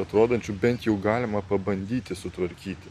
atrodančių bent jau galima pabandyti sutvarkyti